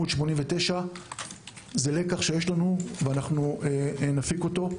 את כביש 89. זה לקח שיש לנו ואנחנו נפיק אותו.